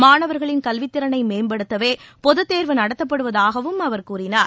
மாணவர்களின் கல்வித்திறனை மேம்படுத்தவே பொதுத்தேர்வு நடத்தப்படுவதாகவும் அவர் கூறினார்